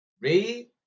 read